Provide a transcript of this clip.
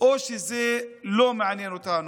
או שזה לא מעניין אותנו?